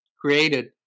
created